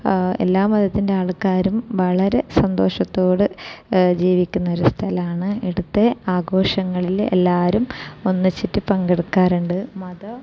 എല്ലാ മതത്തിൻ്റെ ആൾക്കാരും വളരെ സന്തോഷത്തോടെ ജീവിക്കുന്ന ഒരു സ്ഥലമാണ് ഇവിടുത്തെ ആഘോഷങ്ങളില് എല്ലാവരും ഒന്നിച്ചിട്ട് പങ്കെടുക്കാറുണ്ട് മത